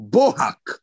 Bohak